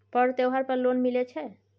पर्व त्योहार पर लोन मिले छै?